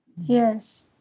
Yes